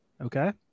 Okay